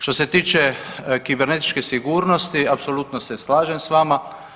Što se tiče kibernetičke sigurnosti apsolutno se slažem s vama.